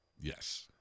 Yes